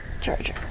Charger